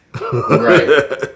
right